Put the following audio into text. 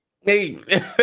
hey